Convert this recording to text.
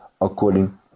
according